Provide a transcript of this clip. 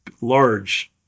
large